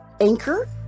anchor